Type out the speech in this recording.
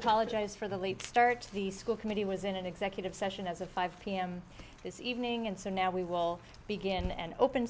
college is for the late start the school committee was in an executive session as of five pm this evening and so now we will begin an open